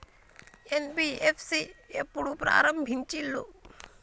NBFC ఎప్పుడు ప్రారంభించిల్లు?